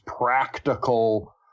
practical